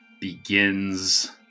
begins